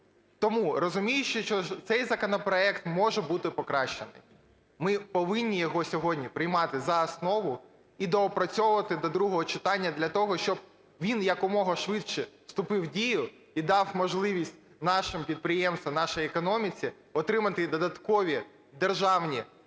Тому розуміючи, що цей законопроект може бути покращений, ми повинні його сьогодні приймати за основу і доопрацьовувати до другого читання для того, щоб він якомога швидше вступив у дію і дав можливість нашим підприємствам, нашій економіці отримати додаткові державні